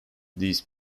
these